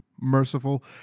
merciful